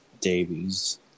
Davies